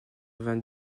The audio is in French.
vingt